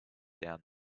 down